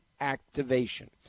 activation